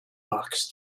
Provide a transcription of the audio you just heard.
box